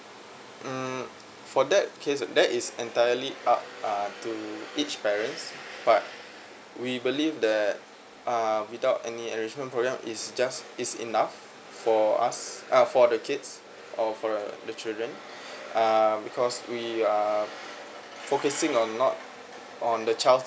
mm for that case err there is entirely uh uh to each parent but we believe that err without any arrangement for you all it's just is enough for us uh for the kids or for uh the children uh because we uh focusing on not on the child